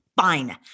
fine